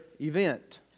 event